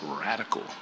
radical